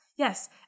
Yes